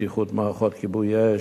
בטיחות מערכות כיבוי-אש,